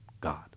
God